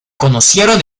conocieron